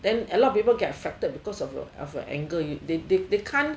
then a lot of people get affected because of your angle they can't